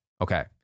Okay